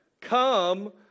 Come